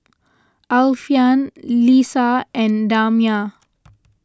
Alfian Lisa and Damia